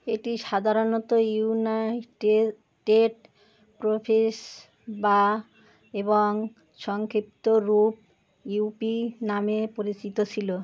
এটি সাধারণত United Province বা এবং সংক্ষিপ্ত রূপ ইউ পি নামে পরিচিত ছিল